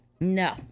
No